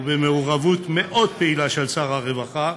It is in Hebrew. ובמעורבות מאוד פעילה של שר הרווחה,